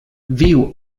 viu